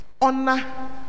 Honor